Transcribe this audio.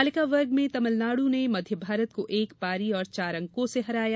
बालिका वर्ग में तमिलनाडु ने मध्य भारत को एक पारी और चार अंकों से हराया